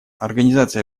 организация